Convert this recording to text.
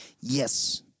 yes